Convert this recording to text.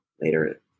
later